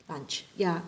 lunch ya